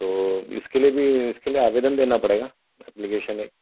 तो इसके लिए भी इसके लिए आवेदन देना पड़ेगा ऐप्लीकेशन एक